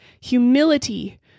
humility